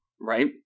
Right